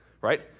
right